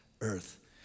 earth